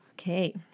Okay